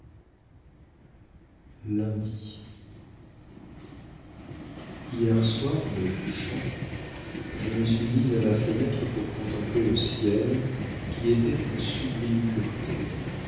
hier au soir en me couchant je me suis mise à ma fenêtre pour contempler le ciel qui était d'une sublime pureté